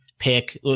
pick